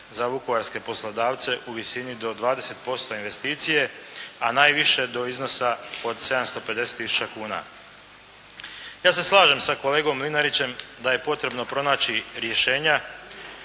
za vukovarske poslodavce u visini do 20% investicije a najviše do iznosa od 750 tisuća kuna. Ja se slažem sa kolegom Mlinarićem da je potrebno pronaći rješenja